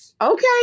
Okay